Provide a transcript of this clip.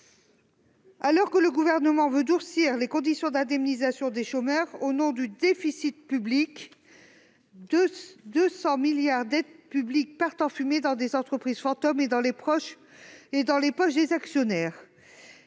Alors que le Gouvernement veut durcir les conditions d'indemnisation des chômeurs au nom du déficit public, 200 milliards d'euros d'aides publiques partent en fumée dans des entreprises fantômes et dans les poches des actionnaires.